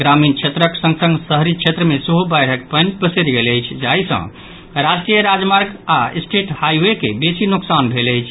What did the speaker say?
ग्रामीण क्षेत्रक संग संग शहरी क्षेत्र मे सेहो बाढ़िक पानि पसरि गेल अछि जाहि सँ राष्ट्रीय राजमार्ग आ स्टेट हाईवे के बेसी नोकसान भेल अछि